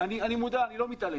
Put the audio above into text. אני מודע, אני לא מתעלם.